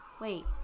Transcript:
wait